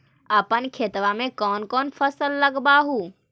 अपन खेतबा मे कौन कौन फसल लगबा हू?